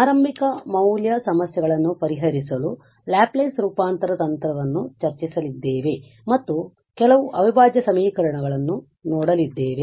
ಆರಂಭಿಕ ಮೌಲ್ಯ ಸಮಸ್ಯೆಗಳನ್ನು ಪರಿಹರಿಸಲು ಲ್ಯಾಪ್ಲೇಸ್ ರೂಪಾಂತರ ತಂತ್ರವನ್ನು ಚರ್ಚಿಸಲಿದ್ದೇವೆ ಮತ್ತು ಕೆಲವು ಅವಿಭಾಜ್ಯ ಸಮೀಕರಣಗಳನ್ನು ನೋಡುಲಿದ್ದೇವೆ